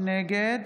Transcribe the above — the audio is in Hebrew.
נגד